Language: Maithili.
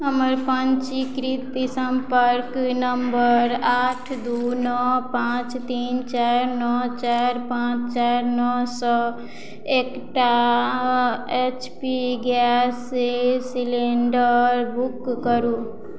हमर पंजीकृत सम्पर्क नम्बर आठ दू नओ पाँच तीन चारि नओ चारि पाँच चारि नओ सँ एकटा H P gas cylinder book करू